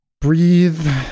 breathe